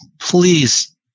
please